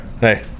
Hey